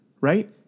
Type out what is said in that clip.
right